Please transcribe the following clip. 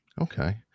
Okay